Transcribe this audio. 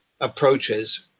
approaches